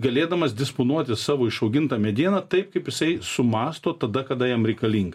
galėdamas disponuoti savo išaugintą medieną taip kaip jisai sumąsto tada kada jam reikalinga